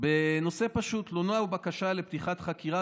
בנושא פשוט: תלונה ובקשה לפתיחת חקירה